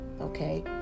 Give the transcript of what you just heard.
okay